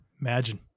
imagine